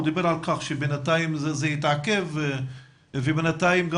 הוא דיבר על כך שבינתיים זה התעכב ובינתיים גם